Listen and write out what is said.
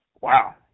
Wow